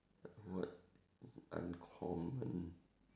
what uncommon